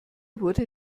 wurde